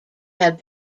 have